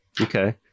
Okay